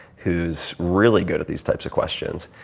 who's really good at these types of questions.